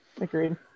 Agreed